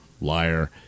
liar